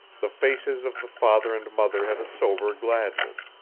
the faces of the father and mother had a sober gladness